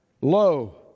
Lo